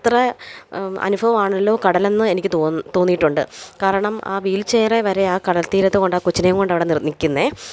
അത്ര അനുഭവമാണല്ലോ കടലെന്ന് എനിക്ക് തോന്നി തോന്നീട്ടുണ്ട് കാരണം ആ വീൽ ചെയെറേൽ വരെ ആ കടൽ തീരത്ത് കൊണ്ട് ആ കൊച്ചിനെ കൊണ്ടവിടെ നിർത്തി നിൽക്കുന്നത്